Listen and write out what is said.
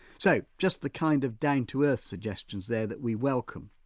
so just the kind of down-to-earth suggestions there that we welcome.